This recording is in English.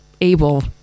able